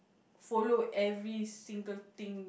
follow every single thing